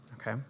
Okay